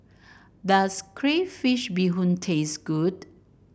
does Crayfish Beehoon taste good